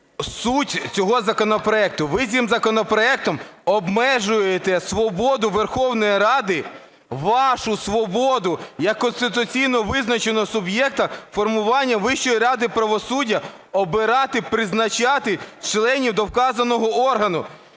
суть цього законопроекту. Ви цим законопроектом обмежуєте свободу Верховної Ради, вашу свободу як конституційно визначеного суб'єкта формування Вищої ради правосуддя, обирати, призначати членів до вказаного органу.